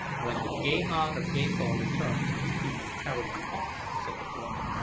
when gahan of gathol returns he may carry you off, said the former.